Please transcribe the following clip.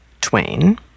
Twain